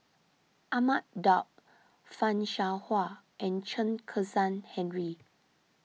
Ahmad Daud Fan Shao Hua and Chen Kezhan Henri